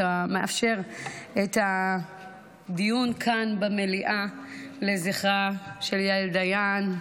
שאתה מאפשר את הדיון כאן במליאה לזכרה של יעל דיין,